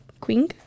queen